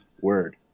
word